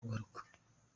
kugaruka